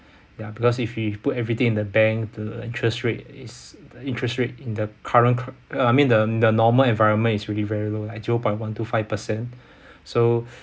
ya because if you put everything in the bank the interest rate is the interest rate in the current cur~ I mean the the normal environment is really very low at zero point one two five percent so